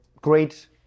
great